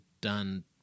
done